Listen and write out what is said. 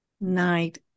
night